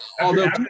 Although-